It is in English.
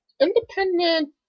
independent